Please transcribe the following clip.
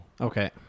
Okay